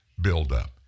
buildup